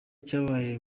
cyabaye